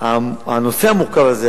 הנושא המורכב הזה,